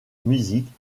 musique